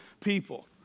people